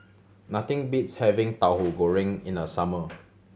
nothing beats having Tahu Goreng in the summer